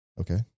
Okay